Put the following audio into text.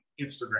Instagram